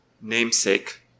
namesake